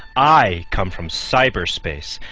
i come from cyber space,